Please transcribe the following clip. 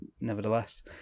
nevertheless